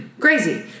Crazy